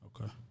Okay